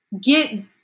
get